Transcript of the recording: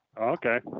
Okay